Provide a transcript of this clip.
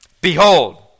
Behold